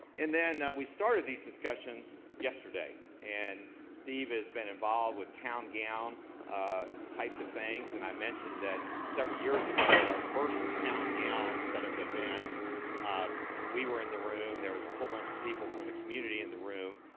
and we started these discussions yesterday. and steve has been involved with town gown ah types of things. and i mentioned that several years ago at our first town gown set of events um we were in the room, there was a whole bunch of people from the community in the room,